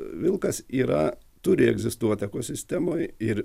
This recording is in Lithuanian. vilkas yra turi egzistuoti ekosistemoj ir